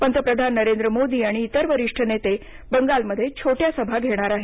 पंतप्रधान नरेंद्र मोदी आणि इतर वरिष्ठ नेते बंगालमध्ये छोट्या सभा घेणार आहेत